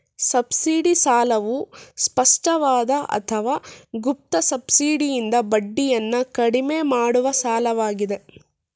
subsidy ಸಾಲವು ಸ್ಪಷ್ಟವಾದ ಅಥವಾ ಗುಪ್ತ ಸಬ್ಸಿಡಿಯಿಂದ ಬಡ್ಡಿಯನ್ನ ಕಡಿಮೆ ಮಾಡುವ ಸಾಲವಾಗಿದೆ